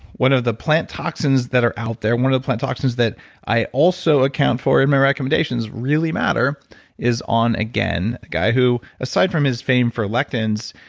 one of the plant toxins that are out there, one of the plant toxins that i also account for in my recommendations really matter is on, again, the guy who, aside from his fame for lectins,